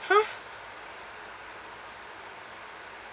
!huh!